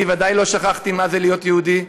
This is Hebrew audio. אני ודאי לא שכחתי מה זה להיות יהודי,